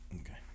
okay